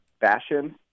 fashion